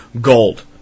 Gold